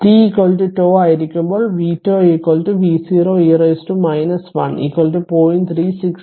അതിനാൽ t τ ആയിരിക്കുമ്പോൾ vτ v0 e 1 0